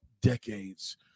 Decades